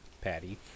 patty